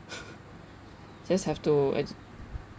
just have to ad~